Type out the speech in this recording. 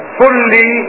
fully